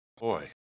boy